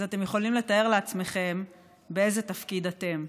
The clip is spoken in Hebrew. אז אתם יכולים לתאר לעצמכם באיזה תפקיד אתם.